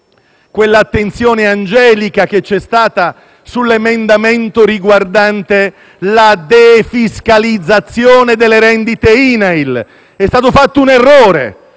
quell'attenzione "angelica" che c'è stata sull'emendamento riguardante la defiscalizzazione delle rendite INAIL. È stato compiuto un errore,